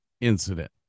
incident